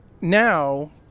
now